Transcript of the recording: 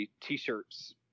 t-shirts